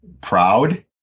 proud